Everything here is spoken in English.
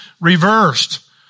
reversed